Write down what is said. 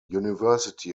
university